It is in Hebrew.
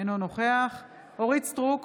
אינו נוכח אורית מלכה סטרוק,